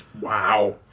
Wow